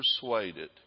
persuaded